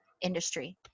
industry